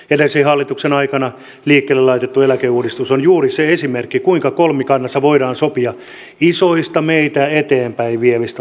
edellisen hallituksen aikana liikkeelle laitettu eläkeuudistus on juuri se esimerkki kuinka kolmikannassa voidaan sopia isoista meitä eteenpäin vievistä asioista